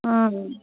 অঁ